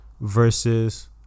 versus